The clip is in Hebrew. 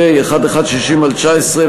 פ/1160/19,